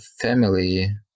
family